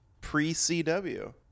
pre-CW